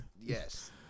Yes